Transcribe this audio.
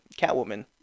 catwoman